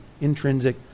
intrinsic